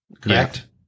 correct